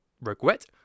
regret